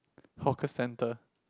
hawker centre